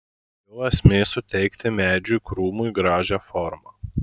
jo esmė suteikti medžiui krūmui gražią formą